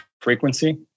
frequency